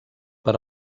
per